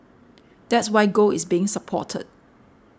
that's why gold is being supported